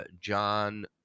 John